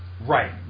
Right